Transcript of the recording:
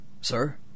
Sir